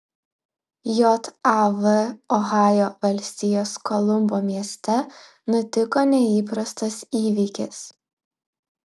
jav ohajo valstijos kolumbo mieste nutiko neįprastas įvykis